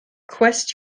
cwest